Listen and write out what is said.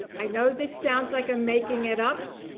i know this sounds like a making it up,